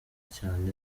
cyane